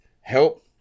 help